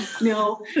No